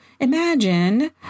imagine